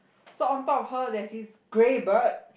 so on top of her there's this grey bird